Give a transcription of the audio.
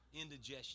Indigestion